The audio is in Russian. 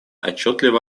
отчетливо